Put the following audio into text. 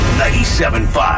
97.5